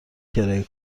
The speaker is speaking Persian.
کرایه